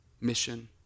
mission